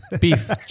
Beef